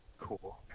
Cool